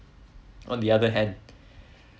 on the other hand